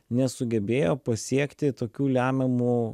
nesugebėjo pasiekti tokių lemiamų